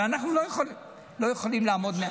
אבל אנחנו לא יכולים לעמוד מהצד.